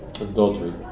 Adultery